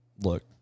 look